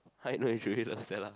how you know you truly love Stella